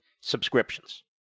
subscriptions